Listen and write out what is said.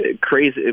crazy